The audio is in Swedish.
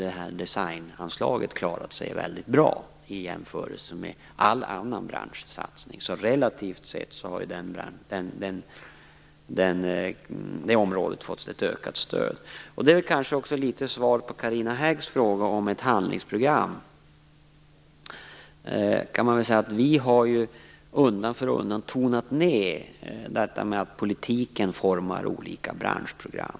Här har designanslaget klarat sig väldigt bra i jämförelse med all annan branschsatsning. Relativt sett har det området fått ett ökat stöd. Detta är kanske också litet av ett svar på Carina Häggs fråga om ett handlingsprogram. Regeringen har undan för undan tonat ned detta med att politiken formar olika branschprogram.